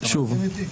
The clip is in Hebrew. אתה מסכים איתי?